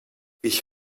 ich